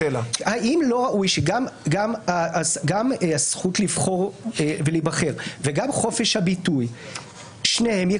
האם לא ראוי שגם הזכות לבחור ולהיבחר וגם חופש הביטוי יקבלו